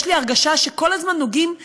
יש לי הרגשה שכל הזמן נוגעים בדברים,